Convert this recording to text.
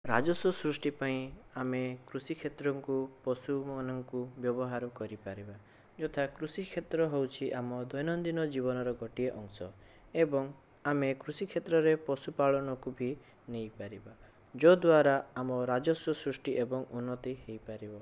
ରାଜସ୍ୱ ସୃଷ୍ଟି ପାଇଁ ଆମେ କୃଷି କ୍ଷେତ୍ରଙ୍କୁ ପଶୁମାନଙ୍କୁ ବ୍ୟବହାର କରିପାରିବା ଯଥା କୃଷି କ୍ଷେତ୍ର ହେଉଛି ଆମ ଦୈନନ୍ଦିନ ଜୀବନର ଗୋଟିଏ ଅଂଶ ଏବଂ ଆମେ କୃଷି କ୍ଷେତ୍ରରେ ପଶୁପାଳନକୁ ବି ନେଇ ପାରିବା ଯଦ୍ଵାରା ଆମ ରାଜସ୍ୱ ସୃଷ୍ଟି ଏବଂ ଉନ୍ନତି ହୋଇପାରିବ